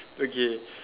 okay